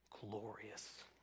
glorious